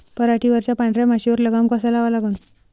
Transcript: पराटीवरच्या पांढऱ्या माशीवर लगाम कसा लावा लागन?